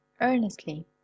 earnestly